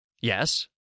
Yes